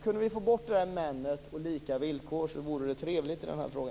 Kunde vi få bort "men" och "lika villkor" i den här frågan vore det trevligt.